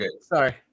Sorry